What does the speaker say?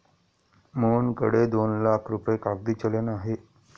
मोहनकडे दोन लाख रुपये कागदी चलन आहे